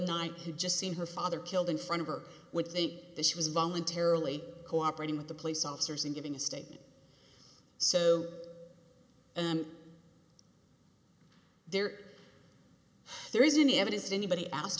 night who just seen her father killed in front of her would think that she was voluntarily cooperating with the police officers and giving a statement so urn there there isn't any evidence that anybody asked